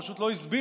פשוט לא הסבירו